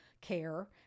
Care